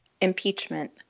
Impeachment